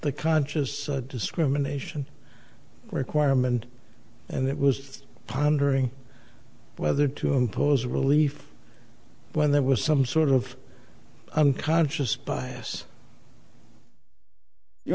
the conscious discrimination requirement and it was pondering whether to impose relief when there was some sort of unconscious bias you